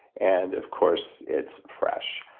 and of course it's fresh.